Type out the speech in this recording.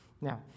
Now